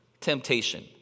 temptation